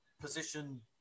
position